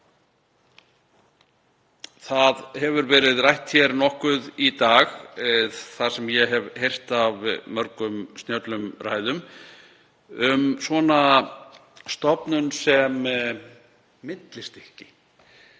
Það hefur verið rætt hér nokkuð í dag, það sem ég hef heyrt af mörgum snjöllum ræðum, um svona stofnun sem millistykki.